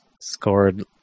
scored